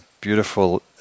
beautiful